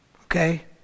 okay